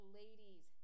ladies